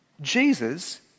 Jesus